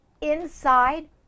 inside